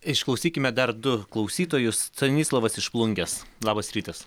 išklausykime dar du klausytojus stanislovas iš plungės labas rytas